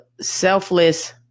selfless